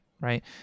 right